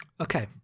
Okay